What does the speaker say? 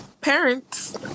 parents